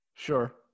Sure